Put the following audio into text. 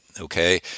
okay